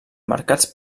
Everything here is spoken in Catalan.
marcats